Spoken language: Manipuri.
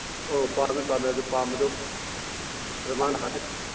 ꯑꯧ ꯄꯥꯝꯃꯦ ꯄꯥꯝꯃꯦ ꯑꯗꯨ ꯄꯥꯝꯕꯗꯨ ꯑꯗ ꯃꯥꯅ